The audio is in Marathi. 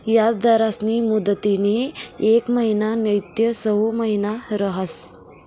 याजदरस्नी मुदतनी येक महिना नैते सऊ महिना रहास